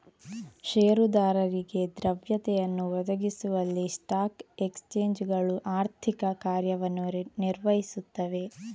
ಷೇರುದಾರರಿಗೆ ದ್ರವ್ಯತೆಯನ್ನು ಒದಗಿಸುವಲ್ಲಿ ಸ್ಟಾಕ್ ಎಕ್ಸ್ಚೇಂಜುಗಳು ಆರ್ಥಿಕ ಕಾರ್ಯವನ್ನು ನಿರ್ವಹಿಸುತ್ತವೆ